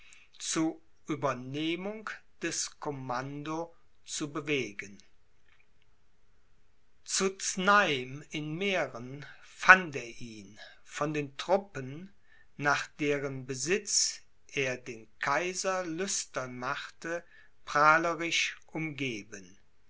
zu uebernehmung des commando zu bewegen zu znaim in mähren fand er ihn von den truppen nach deren besitz er den kaiser lüstern machte prahlerisch umgeben